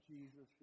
Jesus